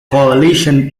coalition